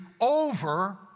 over